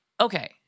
okay